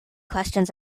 questions